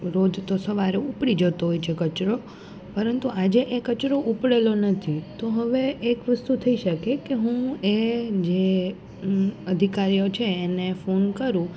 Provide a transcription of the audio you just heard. રોજ તો સવારે ઉપડી જતો હોય છે કચરો પરંતુ આજે એ કચરો ઉપડેલો નથી તો હવે એક વસ્તુ થઈ શકે કે હું એ જે અધિકારીઓ છે એને ફોન કરું